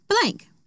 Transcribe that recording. blank